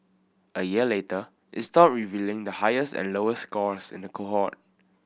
a year later is stopped revealing the highest and lowest scores in the cohort